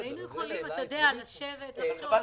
אז היינו יכולים, אתה יודע, לשבת, לחשוב.